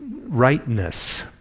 rightness